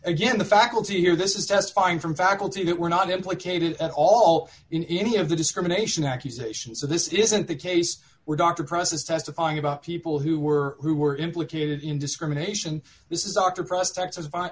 again the faculty here this is testifying from faculty that were not implicated at all in any of the discrimination accusations so this isn't the case were doctor process testifying about people who were who were implicated in discrimination this is doctor prospects as